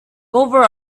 cover